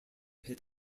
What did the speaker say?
pitt